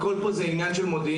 הכול פה הוא עניין של מודיעין.